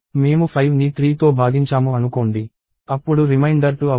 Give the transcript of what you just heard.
మేము 5ని 3తో భాగించాము అనుకోండి అప్పుడు రిమైండర్ 2 అవుతుంది